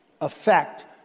affect